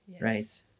right